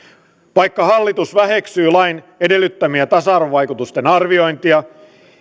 vaikka hallitus väheksyy lain edellyttämiä tasa arvovaikutusten arviointeja